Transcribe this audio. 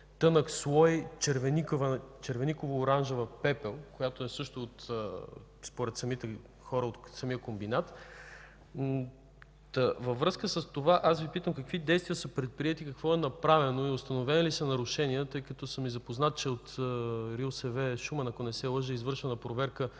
тънък слой червеникаво-оранжева пепел, която според самите хора е от самия комбинат. Във връзка с това аз Ви питам: какви действия са предприети, какво е направено и установени ли са нарушения? Тъй като съм запознат, че от РИОСВ - Шумен е извършена проверка